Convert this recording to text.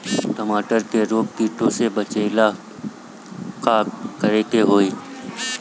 टमाटर को रोग कीटो से बचावेला का करेके होई?